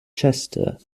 chester